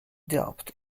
doubt